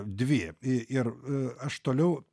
dvi ir aš toliau